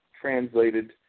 translated